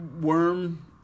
worm